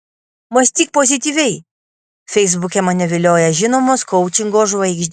mąstyk pozityviai feisbuke mane vilioja žinomos koučingo žvaigždės